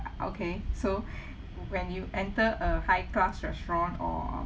okay so when you enter a high class restaurant or